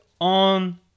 on